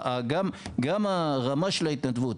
גם הרמה של ההתנדבות,